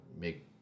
make